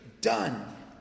done